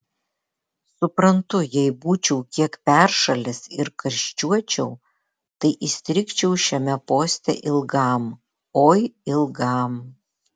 suprantu jei būčiau kiek peršalęs ir karščiuočiau tai įstrigčiau šiame poste ilgam oi ilgam